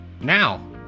Now